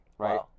Right